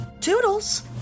Toodles